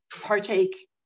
partake